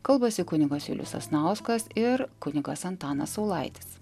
kalbasi kunigas julius sasnauskas ir kunigas antanas saulaitis